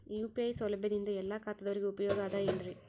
UPI ಸೌಲಭ್ಯದಿಂದ ಎಲ್ಲಾ ಖಾತಾದಾವರಿಗ ಉಪಯೋಗ ಅದ ಏನ್ರಿ?